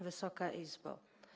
Wysoka Izbo!